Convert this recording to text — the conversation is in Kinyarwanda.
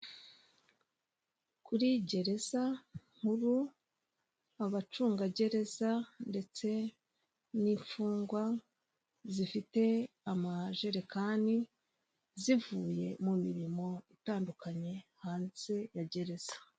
Muri gereza nkuru, abacungagereza ndetse n'imfungwa zifite amajerekani zivuye mu mirimo itandukanye hanze ya gereza.